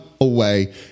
away